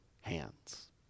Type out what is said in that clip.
hands